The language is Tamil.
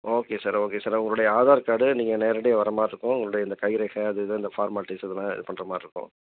ஓகே சார் ஓகே சார் உங்களுடைய ஆதார் கார்டு நீங்கள் நேரடியாக வர மாதிரி இருக்கும் உங்களுடைய இந்தக் கைரேகை அது இது இந்த ஃபார்மாலிட்டிஸ் இதெல்லாம் இது பண்ணுற மாதிரி இருக்கும்